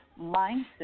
Mindset